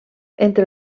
entre